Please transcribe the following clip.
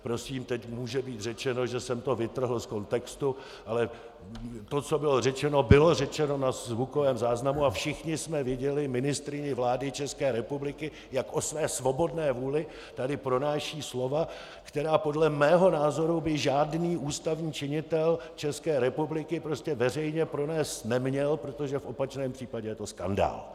Prosím, teď může být řečeno, že jsem to vytrhl z kontextu, ale to, co bylo řečeno, bylo řečeno na zvukovém záznamu a všichni jsme viděli ministryni vlády České republiky, jak o své svobodné vůli tady pronáší slova, která by podle mého názoru žádný ústavní činitel České republiky prostě veřejně pronést neměl, protože v opačném případě je to skandál.